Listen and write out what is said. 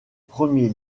premier